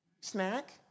snack